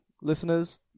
Listeners